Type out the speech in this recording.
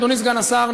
אדוני סגן השר,